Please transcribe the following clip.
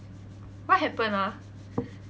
what happened ah